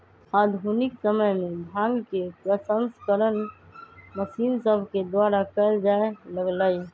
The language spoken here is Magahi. आधुनिक समय में भांग के प्रसंस्करण मशीन सभके द्वारा कएल जाय लगलइ